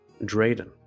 Drayden